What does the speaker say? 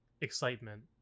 excitement